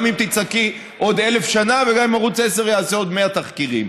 גם אם תצעקי עוד אלף שנה וגם אם ערוץ 10 יעשה עוד מאה תחקירים,